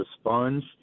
sponge